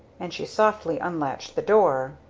and she softly unlatched the door.